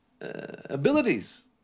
abilities